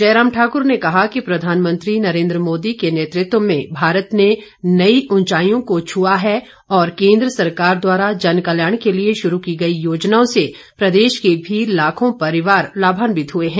जयराम ठाकुर ने कहा कि प्रधानमंत्री नरेन्द्र मोदी के नेतृत्व में भारत ने नई उंचाईयों को छुआ है और केन्द्र सरकार द्वारा जन कल्याण के लिए शुरू की गई योजनाओं से प्रदेश के भी लाखों परिवार लाभान्वित हुए हैं